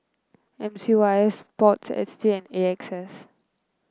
M C Y S sports S G and A X S